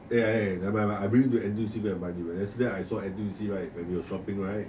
eh eh eh nevermind lah I bring to N_T_U_C go and buy durian yesterday I saw N_T_U_C right when we were shopping right